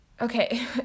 okay